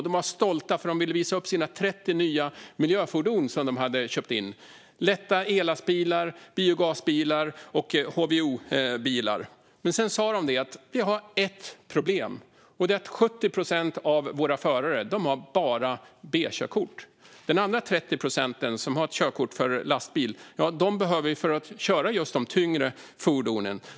De var stolta över och ville visa upp sina 30 nya miljöfordon som de hade köpt in - lätta ellastbilar, biogasbilar och HVO-bilar. Men sedan sa de: Vi har ett problem, och det är att 70 procent av våra förare har bara B-körkort. De andra 30 procenten, de som har körkort för lastbil, behöver vi för att köra just de tyngre fordonen.